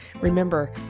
Remember